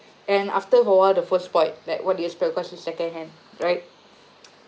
and after awhile the first spoiled like what do you expect cause it's second hand right